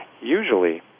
Usually